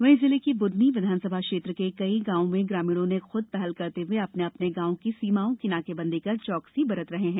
वहीं जिले की बुदनी विधानसभा क्षेत्र के कई गांव में ग्रामीणों ने खुद पहल करते हुए अपने अपने गांव की सीमाओं की नाकेबंदी कर चौकसी कर रहे है